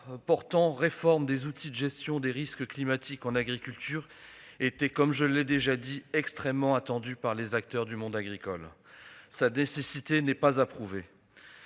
portant réforme des outils de gestion des risques climatiques en agriculture était, comme je l'ai déjà dit, extrêmement attendu par les acteurs du monde agricole. Sa nécessité n'est pas à prouver.